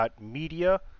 Media